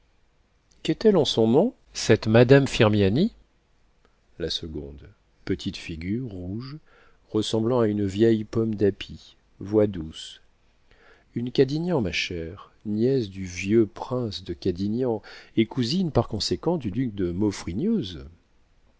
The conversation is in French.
qu'est-elle en son nom cette madame firmiani la seconde petite figure rouge ressemblant à une vieille pomme d'api voix douce une cadignan ma chère nièce du vieux prince de cadignan et cousine par conséquent du duc de